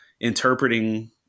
interpreting